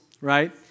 right